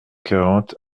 quarante